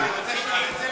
ארבע מדינות יש: